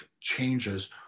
changes